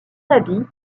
habit